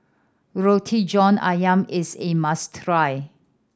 Roti John Ayam is a must